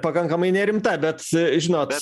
pakankamai nerimta bet žinot